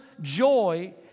joy